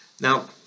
Now